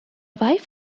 wife